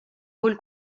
rôle